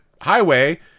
highway